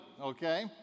okay